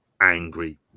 angry